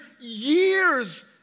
years